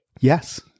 yes